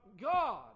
God